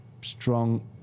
strong